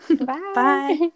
Bye